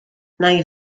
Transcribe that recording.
nai